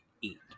eat